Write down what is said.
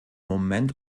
moment